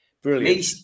brilliant